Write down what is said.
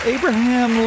Abraham